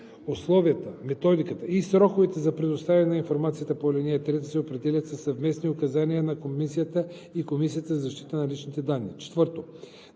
Условията, методиката и сроковете за предоставяне на информация по ал. 3 се определят със съвместни указания на комисията и Комисията за защита на личните данни.“